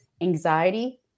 anxiety